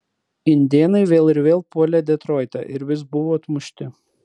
indėnai vėl ir vėl puolė detroitą ir vis buvo atmušti